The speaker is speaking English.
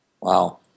Wow